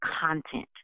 content